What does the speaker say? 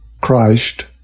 Christ